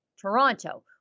Toronto